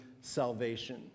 salvation